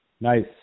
Nice